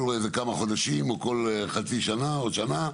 כל איזה כמה חודשים או כל חצי שנה או שנה,